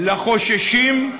לחוששים,